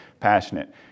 passionate